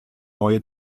neue